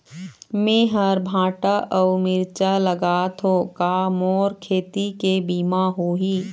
मेहर भांटा अऊ मिरचा लगाथो का मोर खेती के बीमा होही?